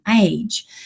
age